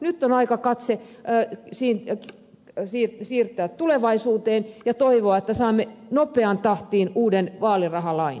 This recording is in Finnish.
nyt on aika siirtää katse tulevaisuuteen ja toivoa että saamme nopeaan tahtiin uuden vaalirahalain